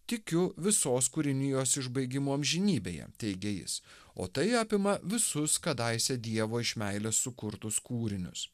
tikiu visos kūrinijos išbaigimu amžinybėje teigė jis o tai apima visus kadaise dievo iš meilės sukurtus kūrinius